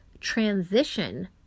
transition